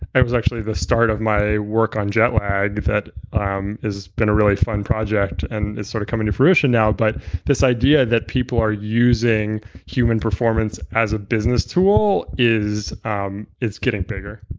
it was actually the start of my work on jet lag that um has been a really fun project and is sort of coming to fruition now, but this idea that people are using human performance as a business tool is um is getting bigger